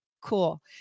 Cool